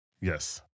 Yes